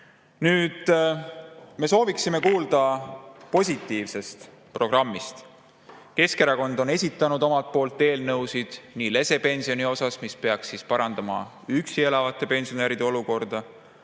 Me sooviksime kuulda positiivsest programmist. Keskerakond on esitanud eelnõusid lesepensioni kohta, mis peaks parandama üksi elavate pensionäride olukorda,